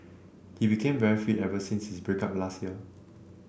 he became very fit ever since his break up last year